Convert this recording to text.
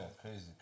crazy